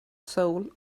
soul